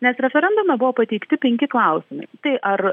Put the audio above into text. nes referendume buvo pateikti penki klausimai tai ar